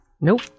Nope